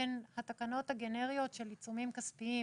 שהן התקנות הגנריות של עיצומים כספיים,